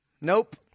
Nope